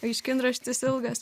aiškinraštis ilgas